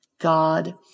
God